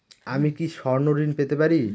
আমি কি স্বর্ণ ঋণ পেতে পারি?